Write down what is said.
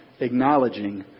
acknowledging